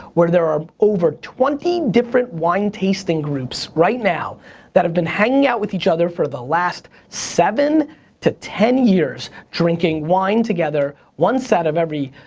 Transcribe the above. where there are over twenty different wine tasting groups right now that have been hanging out with each other for the last seven to ten years drinking wine together, once out of every,